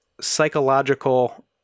psychological